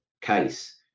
case